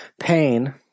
pain